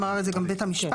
אמר את זה גם בית המשפט.